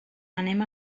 anem